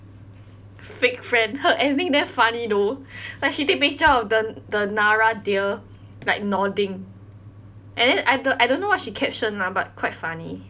fake friend her ending damn funny though like she take picture of the the nara deer like nodding and then I don't I don't know what she caption lah but quite funny